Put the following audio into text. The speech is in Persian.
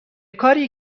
کاری